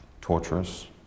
torturous